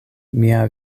mia